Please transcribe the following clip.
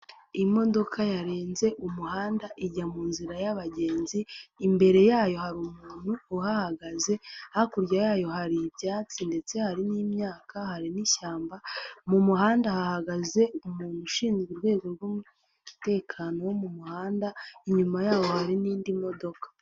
Imodoka yarenze umuhanda ijya mu nzira y'abagenzi, imbere yayo hari umuntu uhagaze, hakurya yayo hari ibyatsi ndetse hari n'imyaka hari n'ishyamba, mu muhanda hahagaze umuntu ushinzwe urwego rw'umutekano wo mu muhanda, inyuma yaho hari n'indi modoka.